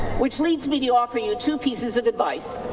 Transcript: which leads me to offer you two pieces of advice.